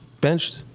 benched